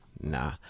Nah